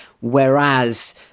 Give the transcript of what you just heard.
Whereas